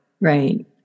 Right